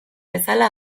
bezala